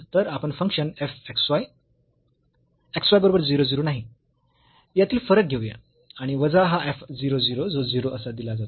तर आपण function f xy xy बरोबर 0 0 नाही यातील फरक घेऊया आणि वजा हा f 0 0 जो 0 असा दिला जातो